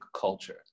culture